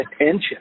attention